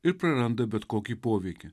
ir praranda bet kokį poveikį